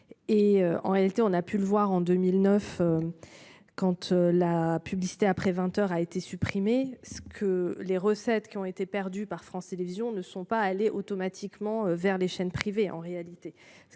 Et en réalité on a pu le voir en 2009. Quant la publicité après 20h a été supprimée, ce que les recettes qui ont été perdus par France Télévisions ne sont pas allés automatiquement vers les chaînes privées en réalité